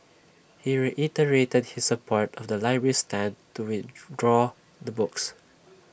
he reiterated his support of the library's stand to withdraw the books